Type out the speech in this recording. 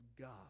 God